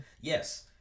yes